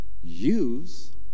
Use